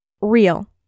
Real